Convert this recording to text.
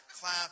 clap